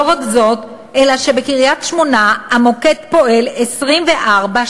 לא רק זאת, אלא שבקריית-שמונה המוקד פועל 24/7,